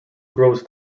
grows